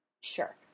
sure